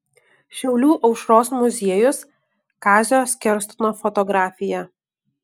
šiaulių aušros muziejus kazio skerstono fotografija